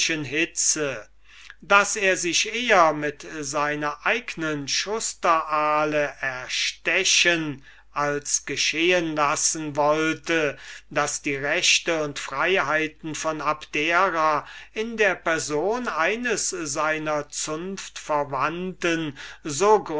daß er sich eher mit seinem eigenen schusterahl erstechen als geschehen lassen wollte daß die rechte und freiheiten von abdera in der person eines seiner zunftverwandten